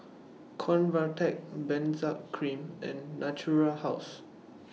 Convatec Benzac Cream and Natura House